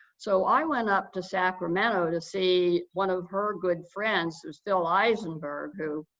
so, i went up to sacramento to see one of her good friends. it was phil eisenberg who,